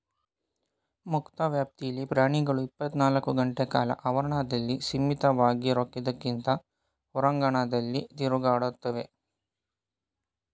ಮುಕ್ತ ವ್ಯಾಪ್ತಿಲಿ ಪ್ರಾಣಿಗಳು ಇಪ್ಪತ್ನಾಲ್ಕು ಗಂಟೆಕಾಲ ಆವರಣದಲ್ಲಿ ಸೀಮಿತವಾಗಿರೋದ್ಕಿಂತ ಹೊರಾಂಗಣದಲ್ಲಿ ತಿರುಗಾಡ್ತವೆ